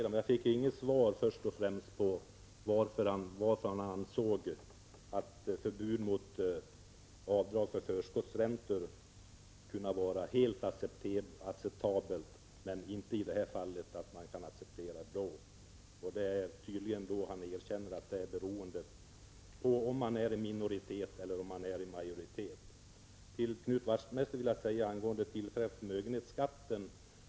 Herr talman! Det är inte stor idé att diskutera med Kjell Johansson. Jag fick inget svar på frågan varför han ansåg förfarandet vara helt acceptabelt vid införandet av förbud mot avdrag för förskottsräntor men inte i detta fall. Tydligen erkänner han att inställningen är beroende av om man är i minoritet eller i majoritet. Till Knut Wachtmeister vill jag säga följande angående den tillfälliga förmögenhetsskatten.